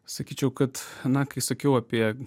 sakyčiau kad na kai sakiau apie